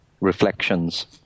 reflections